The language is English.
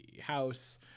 house